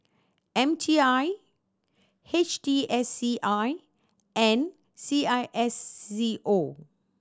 M T I H T S C I and C I S C O